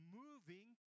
moving